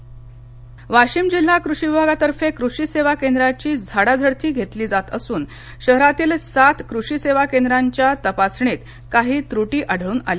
कषी वाशिम वाशिम जिल्हा कृषी विभागातर्फे कृषी सेवा केंद्रांची झाडाझडती घेतली जात असून शहरातील सात कृषी सेवा केंद्राच्या तपासणीत काही त्रटी आढळून आल्या